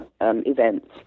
events